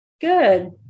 Good